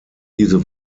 diese